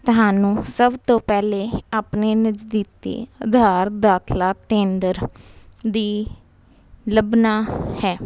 ਤੁਹਾਨੂੰ ਸਭ ਤੋਂ ਪਹਿਲੇ ਆਪਣੇ ਨਜ਼ਦੀਕੀ ਆਧਾਰ ਦਾਖਲਾ ਕੇਂਦਰ ਦੀ ਲੱਭਣਾ ਹੈ